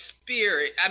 spirit